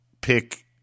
pick